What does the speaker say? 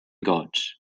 gods